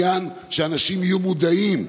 שאנשים יהיו מודעים,